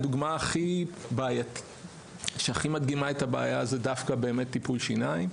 הדוגמה שהכי מדגימה את הבעיה זה באמת דווקא טיפול שיניים,